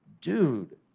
Dude